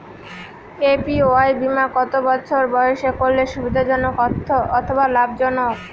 APY বীমা কত বছর বয়সে করলে সুবিধা জনক অথবা লাভজনক?